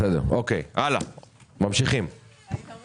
היית אומר